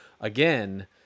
again